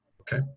Okay